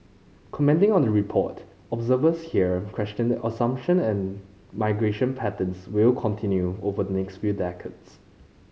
commenting on the report observers here questioned the assumption and migration patterns will continue over the next few decades